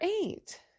eight